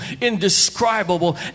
indescribable